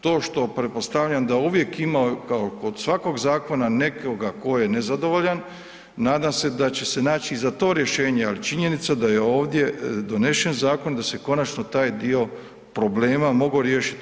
To što, pretpostavljam, da uvijek kao kod svakog zakona nekog tko je nezadovoljan, nadam se da će se naći i za to rješenje, ali činjenica je da je ovdje donesen zakon, da se konačno taj dio problema mogao riješiti.